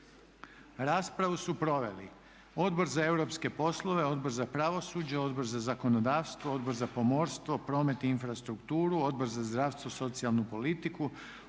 Raspravu su proveli Odbor za europske poslove, Odbor za pravosuđe, Odbor za zakonodavstvo, Odbor za pomorstvo, promet i infrastrukturu, Odbor za zdravstvo, socijalnu politiku,